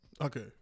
Okay